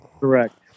Correct